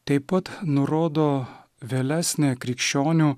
taip pat nurodo vėlesnę krikščionių